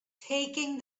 taking